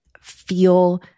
feel